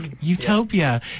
Utopia